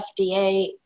FDA